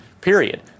period